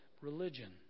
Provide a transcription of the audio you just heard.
religion